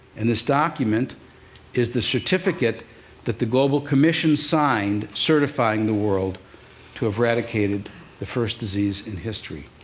and this document is the certificate that the global commission signed, certifying the world to have eradicated the first disease in history.